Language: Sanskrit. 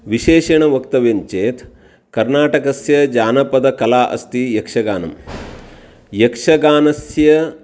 विशेषेण वक्तव्यं चेत् कर्नाटकस्य जानपद कला अस्ति यक्षगानं यक्षगानस्य